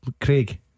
Craig